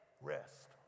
Rest